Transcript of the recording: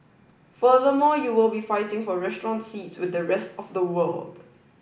furthermore you will be fighting for restaurant seats with the rest of the world